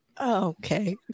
Okay